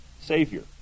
Savior